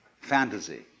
fantasy